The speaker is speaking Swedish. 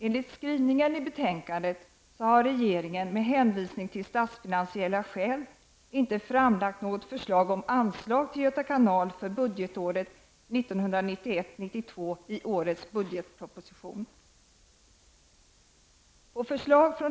Enligt skrivningen i betänkandet har regeringen med hänvisning till statsfinansiella skäl inte framlagt något förslag om anslag till Göta kanal för budgetåret 1991/92 i årets budgetproposition.